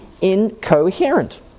incoherent